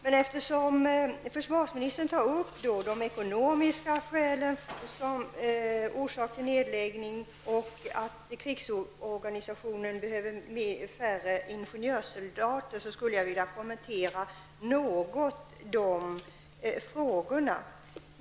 Men eftersom försvarsministern tar upp de ekonomiska skälen för en nedläggning och betonar att krigsorganisationen behöver färre ingenjörssoldater, vill jag något kommentera dessa frågor.